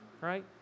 right